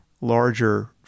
larger